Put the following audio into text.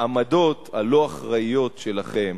שהעמדות הלא-אחראיות שלכם,